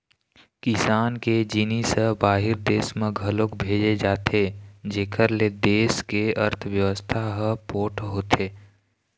किसान के जिनिस ह बाहिर देस म घलोक भेजे जाथे जेखर ले देस के अर्थबेवस्था ह पोठ होथे